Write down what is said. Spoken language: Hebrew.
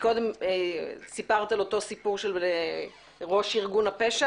קודם סיפרת את אותו סיפור של ראש ארגון הפשע